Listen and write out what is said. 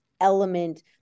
element